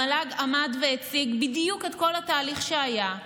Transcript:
המל"ג עמד והציג בדיוק את כל התהליך שהיה,